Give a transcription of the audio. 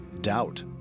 doubt